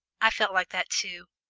i've felt like that too.